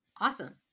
Awesome